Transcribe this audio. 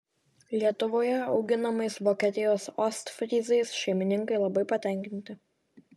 lietuvoje auginamais vokietijos ostfryzais šeimininkai labai patenkinti